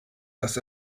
das